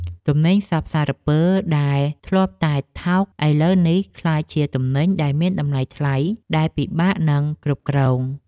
ទំនិញសព្វសារពើដែលធ្លាប់តែថោកឥឡូវនេះបានក្លាយជាទំនិញដែលមានតម្លៃថ្លៃដែលពិបាកនឹងគ្រប់គ្រង។